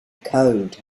code